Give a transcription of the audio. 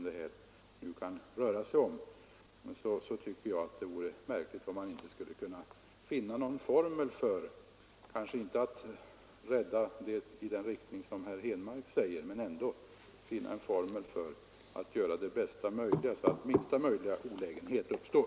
Det vore märkligt om man inte skulle kunna, kanske inte rädda stationen på det sätt som herr Henmark talar om, men finna någon sådan formel att minsta möjliga olägenhet uppstår.